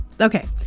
okay